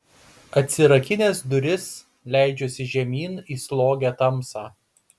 atsirakinęs duris leidžiuosi žemyn į slogią tamsą